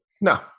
No